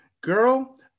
Girl